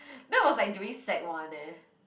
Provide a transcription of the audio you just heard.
that was like during sec-one eh